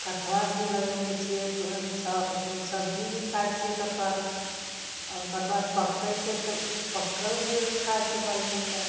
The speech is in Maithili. कटहरभी लगैने छियै तऽ ओहिमे सब्जीभी खाइ छियै कटहरके आओर कटहर पकैत छै तऽ पक्कलभी खाइत छै बालबच्चा